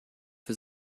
für